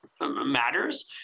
matters